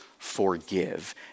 forgive